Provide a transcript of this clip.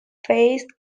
faced